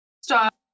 stop